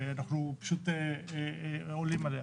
ואנחנו פשוט עולים עליה.